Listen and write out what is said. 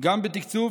גם בתקצוב,